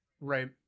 right